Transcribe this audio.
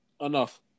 enough